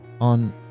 on